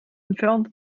entfernt